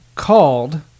Called